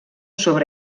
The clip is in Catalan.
sobre